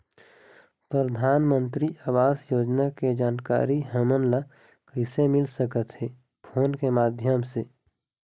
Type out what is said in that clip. परधानमंतरी आवास योजना के जानकारी हमन ला कइसे मिल सकत हे, फोन के माध्यम से?